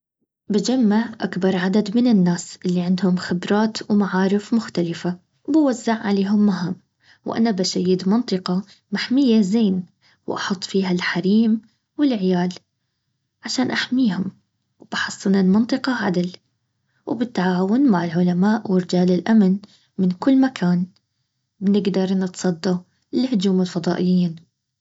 بجمع اكبر عدد من الناس اللي عندهم خبرات ومعارف مختلفة بوزع عليهم مهام وانا بشيد منطقة محمية زين واحط فيها الحريم والعيال عشان احميهم وبحصن المنطقة عدل وبالتعاون مع العلماء ورجال الأمن من كل مكان نقدر نتصدى لهجوم الفضائيين